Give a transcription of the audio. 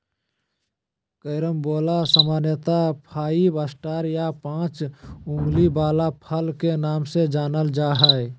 carambola सामान्यत five star या पाँच उंगली वला फल के नाम से जानल जा हय